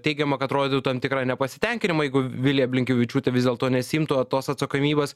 teigiama kad rodytų tam tikrą nepasitenkinimą jeigu vilija blinkevičiūtė vis dėlto nesiimtų tos atsakomybės